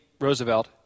Roosevelt